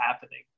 happening